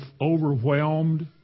overwhelmed